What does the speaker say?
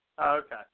Okay